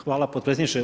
Hvala potpredsjedniče.